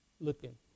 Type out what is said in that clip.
looking